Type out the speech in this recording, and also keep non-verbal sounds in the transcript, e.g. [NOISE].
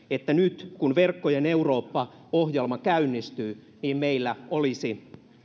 [UNINTELLIGIBLE] että nyt kun verkkojen eurooppa ohjelma käynnistyy meillä olisi